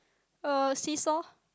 uh see saw